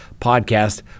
podcast